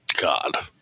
God